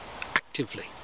...actively